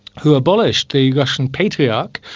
who abolished the russian patriarch,